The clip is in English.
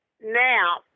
Now